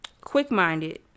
Quick-minded